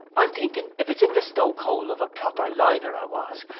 i'm thinking if it's in the stokehole of a proper liner i was,